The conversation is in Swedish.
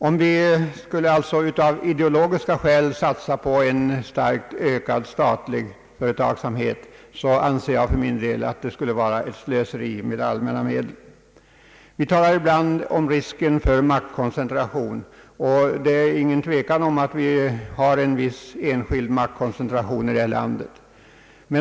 Om vi således av ideologiska skäl satsade på en starkt ökad statlig företagsamhet anser jag för min del att det vore ett slöseri med allmänna medel. Vi talar ibland om risken för maktkoncentration, och det är ingen tvekan om att det finns en viss enskild maktkoncentration i detta land.